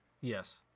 Yes